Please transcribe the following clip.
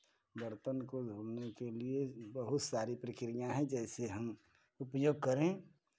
बर्तन को धोने के लिये बहुत सारी प्रक्रिया हैं जैसे हम उपयोग करें